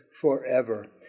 forever